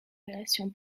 relation